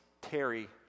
Terry